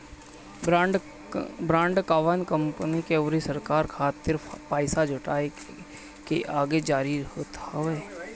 bond कवनो company अउरी सरकार खातिर पईसा जुटाए के एगो जरिया होत हवे